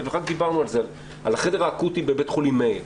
דיברנו על החדר האקוטי בבית החולים מאיר.